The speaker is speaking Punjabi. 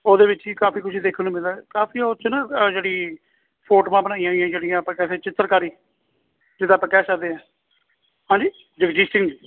ਉਹਦੇ ਵਿੱਚ ਹੀ ਕਾਫ਼ੀ ਕੁਝ ਦੇਖਣ ਨੂੰ ਮਿਲਦਾ ਕਾਫ਼ੀ ਉੱਥੇ ਨਾ ਆ ਜਿਹੜੀ ਫੋਟੋਆਂ ਬਣਾਈਆਂ ਹੋਈਆਂ ਜਿਹੜੀਆਂ ਆਪਾਂ ਕਹਿ ਦੇ ਚਿੱਤਰਕਾਰੀ ਜਿੱਦਾਂ ਆਪਾਂ ਕਹਿ ਸਕਦੇ ਹਾਂ ਹਾਂਜੀ ਜਗਜੀਤ ਸਿੰਘ